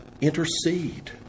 Intercede